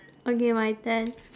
okay my turn